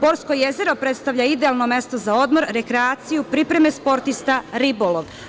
Borsko jezero predstavlja idealno mesto za odmor, rekreaciju, pripreme sportista, ribolov.